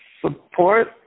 support